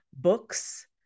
Books